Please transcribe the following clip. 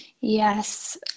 Yes